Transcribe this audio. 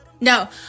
No